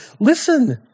Listen